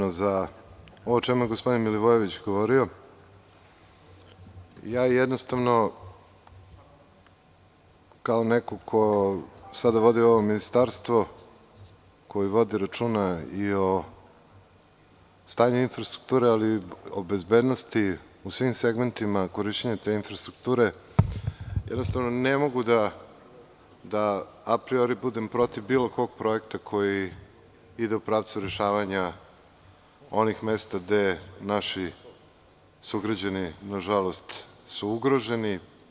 Ovo o čemu je gospodin Milivojević govorio, ja kao neko ko sada vodi ovo ministarstvo, koje vodi računa i o stanju infrastrukture, ali i o bezbednosti u svim segmentima korišćenja te infrastrukture, ne mogu da apriori budem protiv bilo kog projekta koji ide u pravcu rešavanja onih mesta gde su naši sugrađani, nažalost, ugroženi.